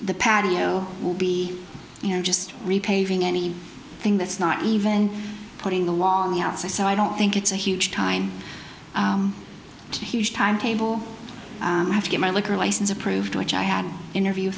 the patio will be just repaving any thing that's not even putting the wall on the outside so i don't think it's a huge time to huge timetable i have to get my liquor license approved which i had an interview